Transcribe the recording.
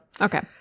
Okay